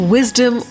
Wisdom